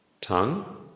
tongue